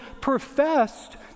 professed